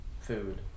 food